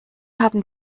haben